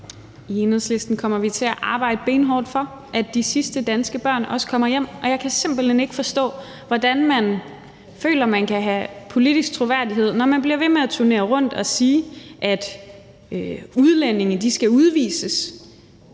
I Enhedslisten kommer vi til at arbejde benhårdt for, at de sidste danske børn også kommer hjem, og jeg kan simpelt hen ikke forstå, hvordan man føler man kan have politisk troværdighed, når man bliver ved med at turnere rundt og sige, at udlændinge skal udvises,